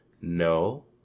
No